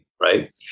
Right